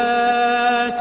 ah